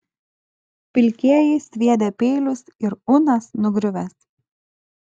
pilkieji sviedę peilius ir unas nugriuvęs